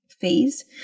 fees